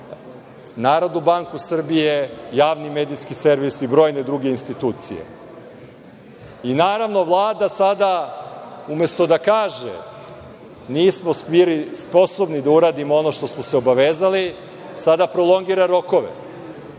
Narodnu banku Srbije, javni medijski servis i brojne druge institucije. Naravno, Vlada sada umesto da kaže, nismo bili sposobni da uradimo ono što smo se obavezali, sada prolongira rokove